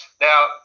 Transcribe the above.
Now